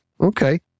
Okay